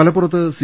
മലപ്പുറത്ത് സി